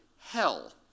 hell